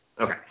okay